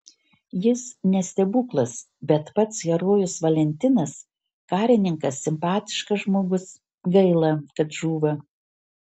jis ne stebuklas bet pats herojus valentinas karininkas simpatiškas žmogus gaila kad žūva